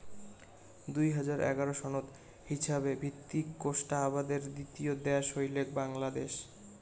দুই হাজার এগারো সনত হিছাবে ভিত্তিক কোষ্টা আবাদের দ্বিতীয় দ্যাশ হইলেক বাংলাদ্যাশ